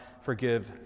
forgive